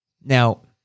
Now